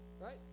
right